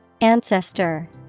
Ancestor